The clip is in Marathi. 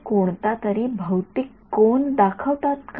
ते कोणतातरी भौतिक कोन दाखवतात का